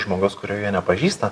žmogaus kurio jie nepažįsta